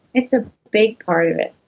it's a big part of it.